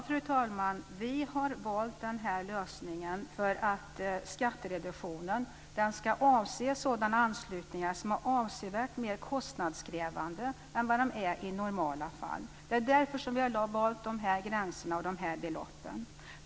Fru talman! Vi har valt lösningen med skattereduktion för att den ska avse sådana anslutningar som är avsevärt mer kostnadskrävande än de är i normala fall. Det är därför vi har valt de här gränserna och de här beloppen.